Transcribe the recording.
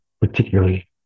particularly